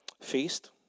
feast